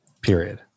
Period